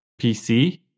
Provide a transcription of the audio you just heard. PC